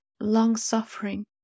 long-suffering